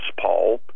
Paul